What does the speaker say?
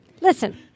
Listen